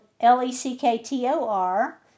L-E-C-K-T-O-R